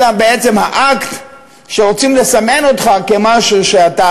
אלא בעצם האקט שרוצים לסמן אותך כמשהו לא